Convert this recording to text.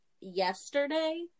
yesterday